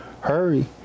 hurry